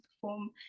perform